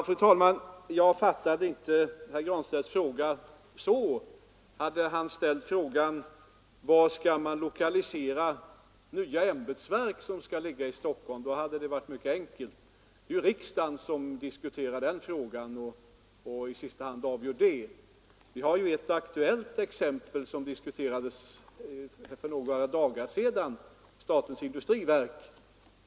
Fru talman! Jag fattade inte herr Granstedts fråga så. Hade han frågat vart man skall lokalisera nya ämbetsverk som skall ligga i Stocholm hade det varit mycket enkelt att svara. Det är ju riksdagen som i sista hand avgör den frågan. Vi har ett aktuellt exempel som diskuterades här för några dagar sedan — statens industriverk.